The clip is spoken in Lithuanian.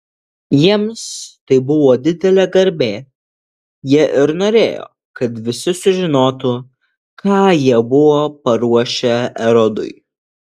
jiems tai buvo didelė garbė jie ir norėjo kad visi sužinotų ką jie buvo paruošę erodui